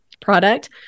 product